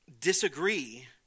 disagree